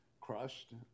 crushed